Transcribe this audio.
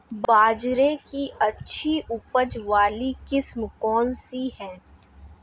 बाजरे की अच्छी उपज वाली किस्म कौनसी है?